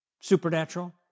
supernatural